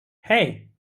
hey